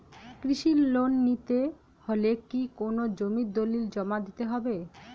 কৃষি লোন নিতে হলে কি কোনো জমির দলিল জমা দিতে হবে?